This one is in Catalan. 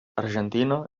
argentina